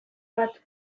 bat